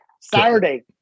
Saturday